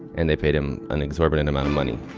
and they paid him an exorbitant amount of money